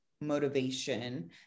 motivation